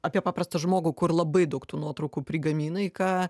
apie paprastą žmogų kur labai daug tų nuotraukų prigamina į ką